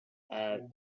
are